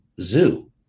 Zoo